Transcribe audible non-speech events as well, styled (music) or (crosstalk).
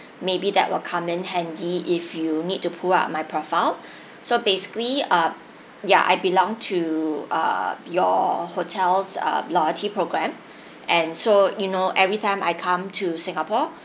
maybe that will come in handy if you need to pull up my profile (breath) so basically uh ya I belonged to uh your hotel's uh loyalty program (breath) and so you know every time I come to singapore